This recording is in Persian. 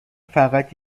فقط